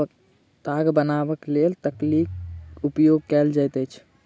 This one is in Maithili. ताग बनयबाक लेल तकलीक उपयोग कयल जाइत अछि